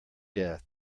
death